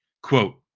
Quote